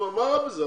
מה רע בזה?